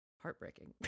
heartbreaking